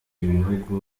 ibihugu